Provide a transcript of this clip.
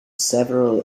several